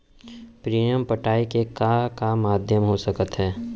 Premium पटाय के का का माधयम हो सकत हे?